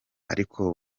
ariko